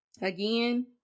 again